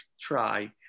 try